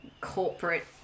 corporate